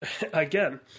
Again